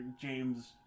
James